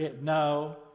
No